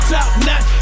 Top-notch